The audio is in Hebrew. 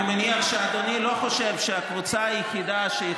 אני מניח שאדוני לא חושב שהקבוצה היחידה שהיא